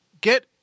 get